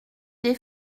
des